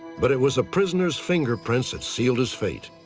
but it was the prisoner's fingerprints that sealed his fate.